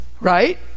right